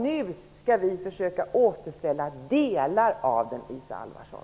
Nu skall vi försöka återställa delar av den, Isa Halvarsson.